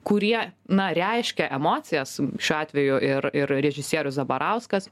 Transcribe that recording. kurie na reiškia emocijas šiuo atveju ir ir režisierius zabarauskas